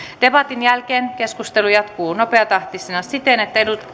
debatin jälkeen keskustelu jatkuu nopeatahtisena siten että